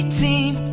team